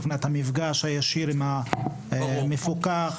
המפגש הישיר עם המפוקח,